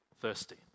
thirsty